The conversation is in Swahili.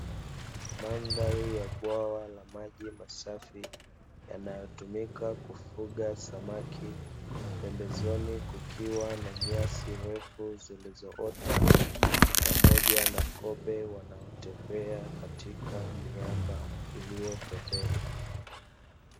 Mandhari ya bwawa la maji masafi, yanayotumika kufuga samaki, pembezoni kukiwa na nyasi ndefu zilizoota, pamoja na kobe wanaotembea katika miamba iliyo pembeni,